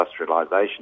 industrialisation